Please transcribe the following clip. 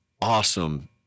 awesome